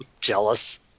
Jealous